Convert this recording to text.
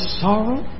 sorrow